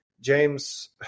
James